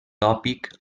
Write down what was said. tòpic